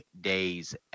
days